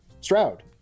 Stroud